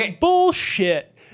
Bullshit